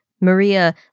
Maria